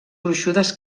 gruixudes